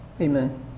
Amen